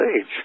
age